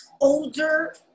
older